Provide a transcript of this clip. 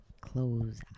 Close